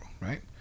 right